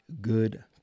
good